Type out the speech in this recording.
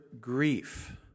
grief